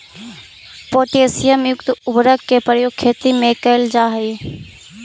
potassium युक्त उर्वरक के प्रयोग खेती में कैल जा हइ